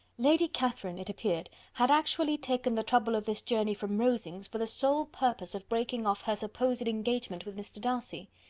lady catherine, it appeared, had actually taken the trouble of this journey from rosings, for the sole purpose of breaking off her supposed engagement with mr. darcy.